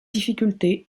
difficultés